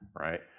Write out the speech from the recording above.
Right